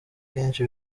kenshi